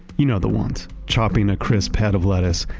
you know the ones. chopping a crisp pad of lettuce,